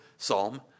psalm